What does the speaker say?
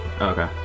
Okay